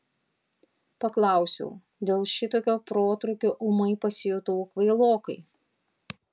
paklausiau dėl šitokio protrūkio ūmai pasijutau kvailokai